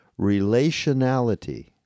relationality